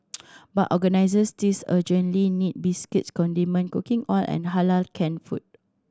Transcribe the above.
but organisers still urgently need biscuits condiment cooking oil and Halal canned food